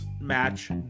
match